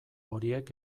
horiek